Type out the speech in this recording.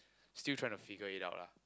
still trying to figure it out lah